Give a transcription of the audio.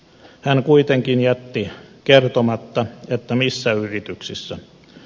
hän kuitenkin jätti kertomatta missä yrityksissä